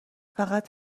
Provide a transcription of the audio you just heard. فقط